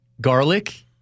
garlic